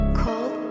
cold